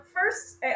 First